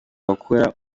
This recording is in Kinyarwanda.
bakora